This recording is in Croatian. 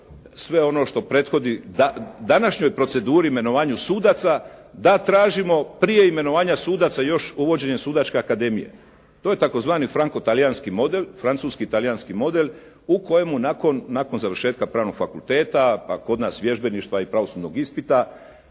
sve ono što prethodi današnjoj proceduri imenovanju sudaca, da tražimo prije imenovanja sudaca još uvođenje Sudačke akademije. To je tzv. franko talijanski model, francuski talijanski model u kojemu nakon završetka pravnog fakulteta, pa kod nas vježbeništva i pravosudnog ispita